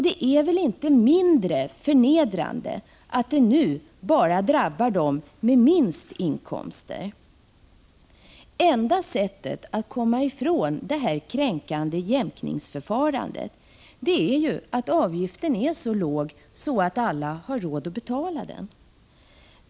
Det är väl inte mindre förnedrande att, som nu är fallet, bara de drabbas som har de lägsta inkomsterna. Enda sättet att komma ifrån det här kränkande jämkningsförfarandet är att sätta avgiften så lågt att alla kan betala.